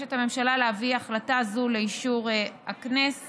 מבקשת הממשלה להביא החלטה זו לאישור הכנסת.